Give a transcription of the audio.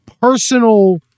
personal